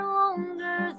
longer